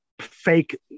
fake